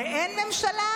זה אין ממשלה?